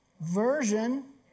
version